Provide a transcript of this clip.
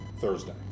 thursday